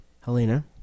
Helena